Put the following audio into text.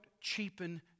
cheapen